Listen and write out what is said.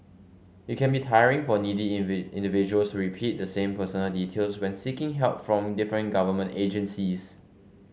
it can be tiring for needy individuals to repeat the same personal details when seeking help from different government agencies